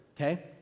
okay